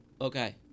Okay